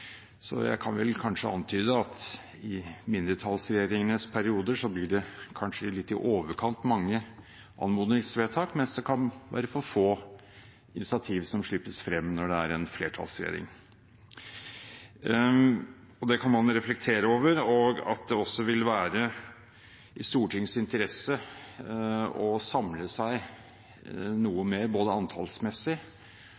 Så jeg kan vel antyde at i mindretallsregjeringenes perioder blir det kanskje litt i overkant mange anmodningsvedtak, mens det kan være for få initiativ som slippes frem når det er en flertallsregjering. Det kan man jo reflektere over, og også at det vil være i Stortingets interesse å samle seg noe